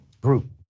group